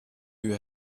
you